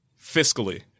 fiscally